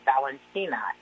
Valentina